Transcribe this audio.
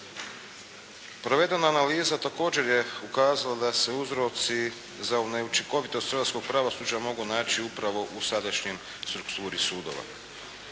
Provedena analiza također je ukazala da se uzroci za neučinkovitost hrvatskog pravosuđa mogu naći upravo u sadašnjoj strukturi sudova.